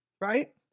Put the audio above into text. right